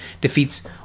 defeats